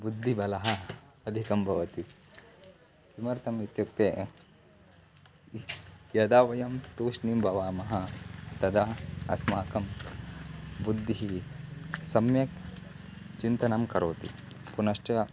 बुद्धिबलम् अधिकं भवति किमर्थम् इत्युक्ते यदा वयं तूष्णीं भवामः तदा अस्माकं बुद्धिः सम्यक् चिन्तनं करोति पुनश्च